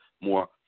more